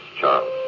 Charles